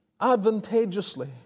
advantageously